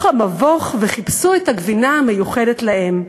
המבוך וחיפשו את הגבינה המיוחדת להם.